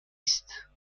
است